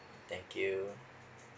thank you